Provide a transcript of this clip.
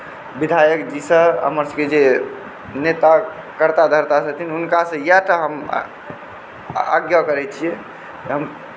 विधायकजीसँ हमर सभकेँ जे नेता जे करता धर्ता छथिन हुनकासँ इएह टा हम आज्ञा करै छियै कि